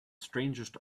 strangest